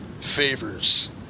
favors